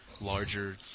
larger